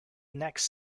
next